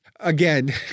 Again